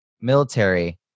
military